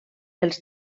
els